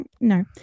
No